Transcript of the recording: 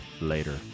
Later